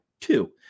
two